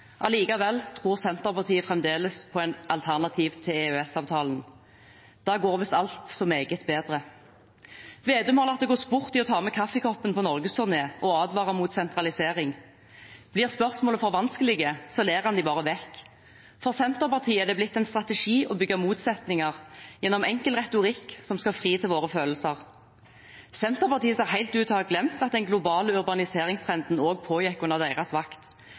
Allikevel tror Senterpartiet fremdeles på et alternativ til EØS-avtalen. Da går visst alt så meget bedre. Vedum har latt det gå sport i å ta med kaffekoppen på norgesturné og advare mot sentralisering. Blir spørsmålene for vanskelige, ler han dem bare vekk. For Senterpartiet er det blitt en strategi å bygge motsetninger gjennom enkel retorikk som skal fri til våre følelser. Senterpartiet ser helt ut til å ha glemt at den globale urbaniseringstrenden også pågikk på deres vakt.